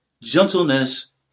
gentleness